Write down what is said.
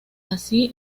así